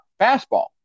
fastball